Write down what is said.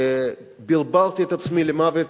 ברברתי את עצמי למוות,